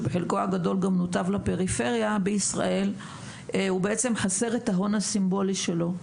שבחלקו הגדול גם נותב לפריפריה בישראל חסר את ההון הסימבולי שלו.